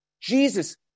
Jesus